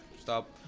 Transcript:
stop